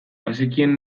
bazekien